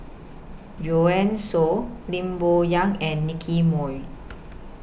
Joanne Soo Lim Bo Yam and Nicky Moey